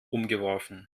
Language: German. umgeworfen